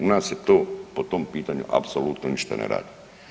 U nas se to po tom pitanju apsolutno ništa ne radi.